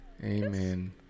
Amen